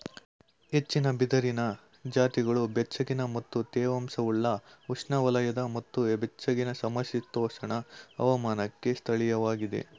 ಹೆಚ್ಚಿನ ಬಿದಿರಿನ ಜಾತಿಗಳು ಬೆಚ್ಚಗಿನ ಮತ್ತು ತೇವಾಂಶವುಳ್ಳ ಉಷ್ಣವಲಯದ ಮತ್ತು ಬೆಚ್ಚಗಿನ ಸಮಶೀತೋಷ್ಣ ಹವಾಮಾನಕ್ಕೆ ಸ್ಥಳೀಯವಾಗಿವೆ